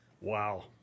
Wow